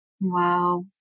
Wow